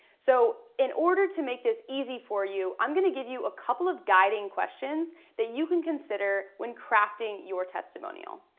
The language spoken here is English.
so in order to make this easy for you, i'm gonna give you a couple of guiding questions that you can consider when crafting your testimonial.